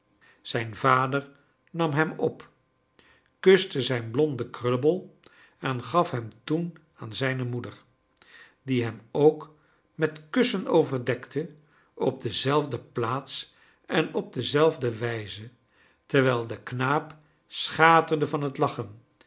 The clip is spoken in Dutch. zijn vader nam hem op kuste zijn blonden krullebol en gaf hem toen aan zijne moeder die hem ook met kussen overdekte op dezelfde plaats en op dezelfde wijze terwijl de knaap schaterde van t lachen